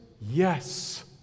Yes